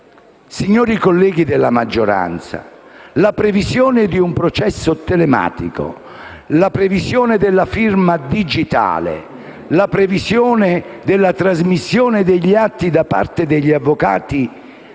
signori colleghi della maggioranza, la previsione di un processo telematico, la previsione della firma digitale, la previsione della trasmissione attraverso via